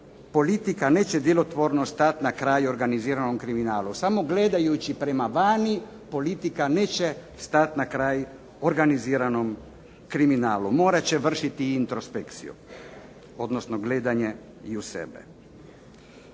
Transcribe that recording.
politika neće djelotvorno stati na kraj organiziranom kriminalu. Samo gledajući prema vani politika neće stati na kraj organiziranom kriminalu. Morat će vršiti i introspekciju, odnosno gledanje i u sebe.